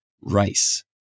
rice